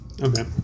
Okay